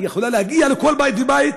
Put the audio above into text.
היא יכולה להגיע לכל בית ובית,